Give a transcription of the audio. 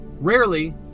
rarely